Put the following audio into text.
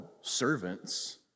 servants